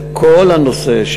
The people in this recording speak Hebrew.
את כל הנושא,